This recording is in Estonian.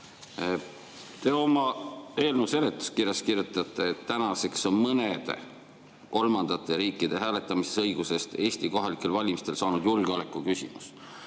Te oma eelnõu seletuskirjas kirjutate, et tänaseks on mõnede kolmandate riikide kodanike hääletamisõigusest Eesti kohalikel valimistel saanud julgeolekuküsimus.